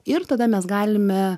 ir tada mes galime